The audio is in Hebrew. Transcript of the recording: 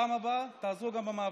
בפעם הבאה תעזרו גם במאבקים.